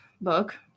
book